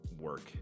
work